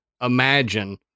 imagine